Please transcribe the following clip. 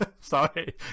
Sorry